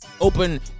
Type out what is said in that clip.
Open